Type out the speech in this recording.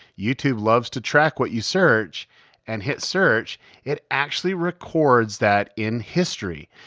youtube loves to track what you search and hit search it actually records that in history.